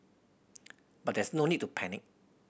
but there is no need to panic